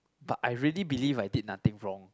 but I really believed I did nothing wrong